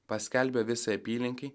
paskelbė visai apylinkei